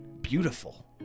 beautiful